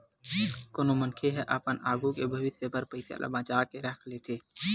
कोनो मनखे ह अपन आघू के भविस्य बर पइसा ल बचा के राख लेथे